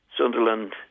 Sunderland